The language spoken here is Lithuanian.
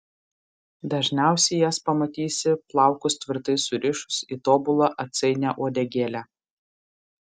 dažniausiai jas pamatysi plaukus tvirtai surišus į tobulą atsainią uodegėlę